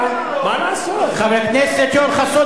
חבר הכנסת יואל חסון,